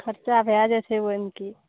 खरचा भए जाइ छै ओहिमे कि